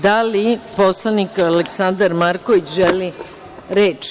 Da li poslanik Aleksandar Marković želi reč?